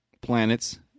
planets